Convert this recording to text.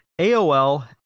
AOL